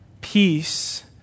Peace